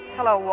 Hello